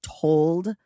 told